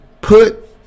put